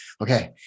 okay